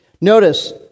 Notice